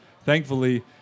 thankfully